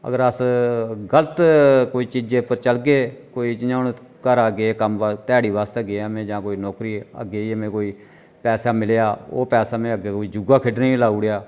अगर अस गलत कोई चीजै पर चलगे कोई जियां हून घरै गे कम्म वास्तै ध्याड़ी वास्तै गेआ जां कोई नौकरी ऐ अग्गें जाइयै में कोई पैसा मिलेआ ओह् पैसा में अग्गें कोई जुआ खेड्ढने गी लाई ओड़ेआ